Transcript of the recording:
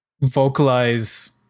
vocalize